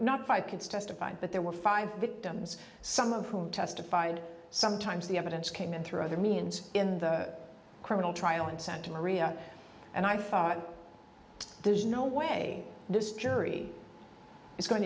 not five kids testified but there were five victims some of whom testified sometimes the evidence came in through other means in the criminal trial in santa maria and i thought there's no way this jury is going